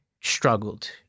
struggled